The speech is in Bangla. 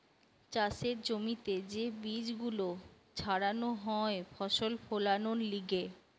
চাষের জমিতে যে বীজ গুলো ছাড়ানো হয় ফসল ফোলানোর লিগে